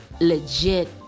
legit